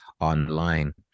online